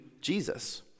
Jesus